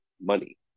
money